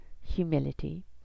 humility